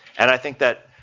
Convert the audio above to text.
and i think that